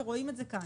ורואים את זה כאן.